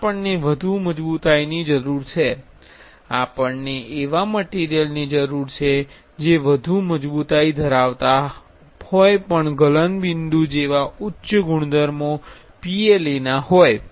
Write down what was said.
આપણને વધુ મજબુતાઇની જરૂર છે આપણને એવા મટીરિયલની જરૂર છે જે વધુ મજબુતાઇ ધારાવતા હોય પણ ગલનબિંદુ જેવા ગુણધર્મો PLA ના હોય